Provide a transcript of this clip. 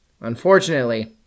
Unfortunately